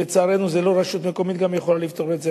לצערנו, לא רשות מקומית יכולה לפתור את זה.